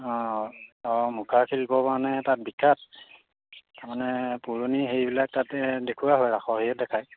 অঁ অঁ মুখা শিল্পৰ কাৰণে তাত বিখ্যাত তাৰমানে পুৰণি হেৰিবিলাক তাতে দেখুওৱা হয় ৰাসৰ হেৰিতে দেখায়